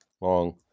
long